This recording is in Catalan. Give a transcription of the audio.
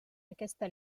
aquesta